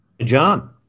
John